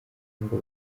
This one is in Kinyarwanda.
ngo